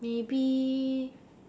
maybe